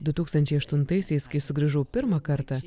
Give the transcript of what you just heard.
du tūkstančiai aštuntaisiais kai sugrįžau pirmą kartą